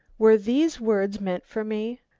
were these words meant for me?